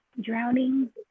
drowning